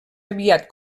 aviat